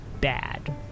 bad